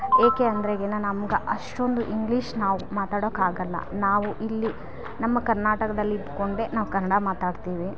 ಏಕೆ ಅಂದರೆಗಿನ ನಮ್ಗೆ ಅಷ್ಟೊಂದು ಇಂಗ್ಲೀಷ್ ನಾವು ಮಾತಾಡೋಕ್ಕೆ ಆಗೋಲ್ಲ ನಾವು ಇಲ್ಲಿ ನಮ್ಮ ಕರ್ನಾಟಕದಲ್ಲಿ ಇದ್ದುಕೊಂಡೇ ನಾವು ಕನ್ನಡ ಮಾತಾಡ್ತೀವಿ